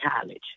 college